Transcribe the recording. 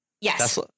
Yes